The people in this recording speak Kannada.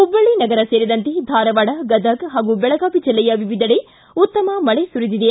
ಹುಬ್ಲಳ್ಳಿ ನಗರವೂ ಸೇರಿದಂತೆ ಧಾರವಾಡ ಗದಗ ಹಾಗೂ ಬೆಳಗಾವಿ ಜಿಲ್ಲೆಯ ವಿವಿಧೆಡೆ ಉತ್ತಮ ಮಳೆ ಸುರಿದಿದೆ